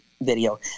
video